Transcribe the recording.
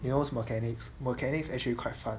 you know what's mechanics mechanics actually quite fun